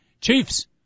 Chiefs